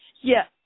Yes